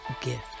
gift